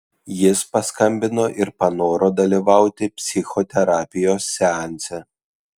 jis paskambino ir panoro dalyvauti psichoterapijos seanse